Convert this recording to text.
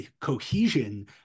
cohesion